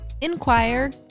Inquire